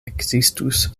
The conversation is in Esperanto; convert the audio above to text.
ekzistus